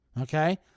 Okay